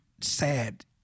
sad